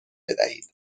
بدهید